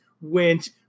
went